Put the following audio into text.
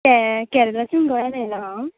केरलाच्यान गोंयान येयला हांव